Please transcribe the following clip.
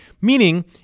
Meaning